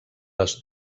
les